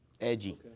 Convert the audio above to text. edgy